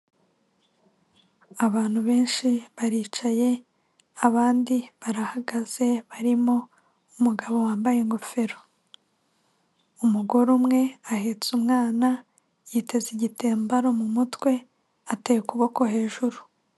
Abantu benshi baricaye abandi barahagaze barimo umugabo wambaye ingofero, umugore umwe ahetse umwana yiteze igitambaro mu mutwe ateye ukuboko hejuru.